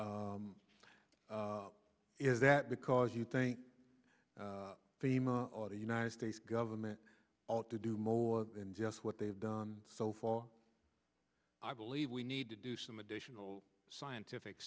today is that because you think the theme a lot of united states government ought to do more than just what they've done so far i believe we need to do some additional scientific